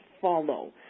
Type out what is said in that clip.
follow